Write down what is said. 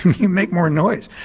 you make more noise.